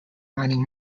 mining